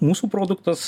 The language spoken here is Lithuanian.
mūsų produktas